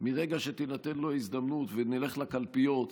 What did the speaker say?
מרגע שתינתן לו ההזדמנות ונלך לקלפיות,